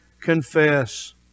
confess